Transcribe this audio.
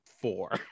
four